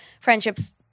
friendships